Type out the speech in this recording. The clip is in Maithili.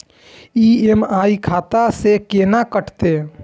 ई.एम.आई खाता से केना कटते?